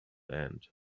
end